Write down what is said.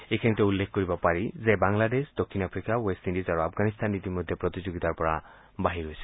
এইখিনিতে উল্লেখ কৰিব পাৰিব যে বাংলাদেশ দক্ষিণ আফ্ৰিক বেষ্টইণ্ডিজ আৰু আফগানিস্তান ইতিমধ্যে প্ৰতিযোগিতাৰ পৰা বাহিৰ হৈছে